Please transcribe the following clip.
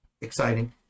exciting